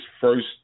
first